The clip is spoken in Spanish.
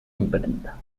imprenta